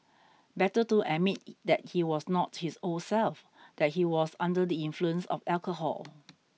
better to admit that he was not his old self that he was under the influence of alcohol